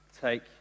take